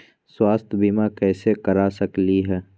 स्वाथ्य बीमा कैसे करा सकीले है?